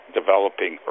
developing